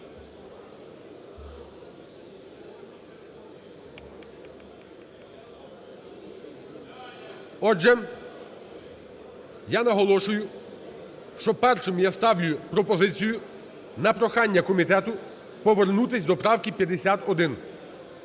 Отже, я наголошую, що першою я ставлю пропозицію на прохання комітету повернутись до правки 51.